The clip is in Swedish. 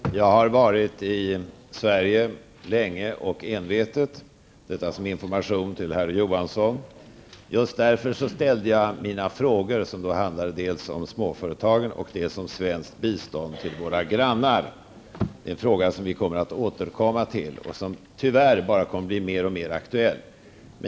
Herr talman! Jag har varit i Sverige länge och envetet. Detta säger jag som information till herr Johansson. Just av den anledningen ställde jag mina frågor, som handlade dels om småföretagen, dels om svenskt bistånd till våra grannar. Det är en fråga som vi kommer att återkomma till och som tyvärr kommer att bli mer och mer aktuell.